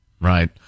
right